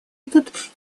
этот